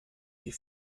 die